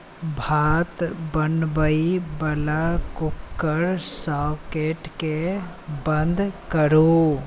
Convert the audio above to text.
भात बनबै बला कुकरक सॉकेटकेॅं बन्द करू